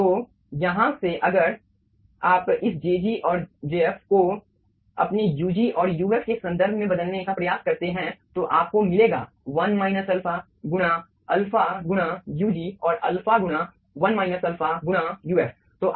तो यहाँ से अगर आप इस jg और jf को अपने ug और uf के संदर्भ में बदलने का प्रयास करते हैं तो आपको मिलेगा 1 अल्फा गुणा अल्फा गुणा ug और अल्फा गुणा 1 अल्फा गुणा uf